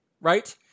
right